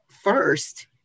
first